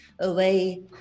away